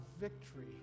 victory